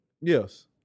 Yes